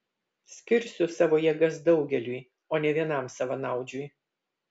skirsiu savo jėgas daugeliui o ne vienam savanaudžiui